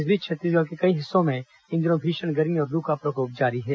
इस बीच छत्तीसगढ़ के कई हिस्सों में इन दिनों भीषण गर्मी और लू का प्रकोप जारी है